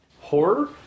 horror